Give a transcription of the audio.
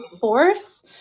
force